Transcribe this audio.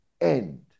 end